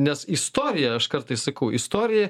nes istorija aš kartais sakau istorija